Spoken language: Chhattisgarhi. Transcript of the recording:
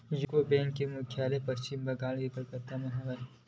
यूको बेंक के मुख्यालय पस्चिम बंगाल के कलकत्ता म हे